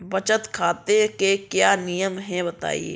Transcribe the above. बचत खाते के क्या नियम हैं बताएँ?